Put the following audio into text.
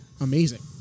amazing